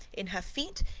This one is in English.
in her feet,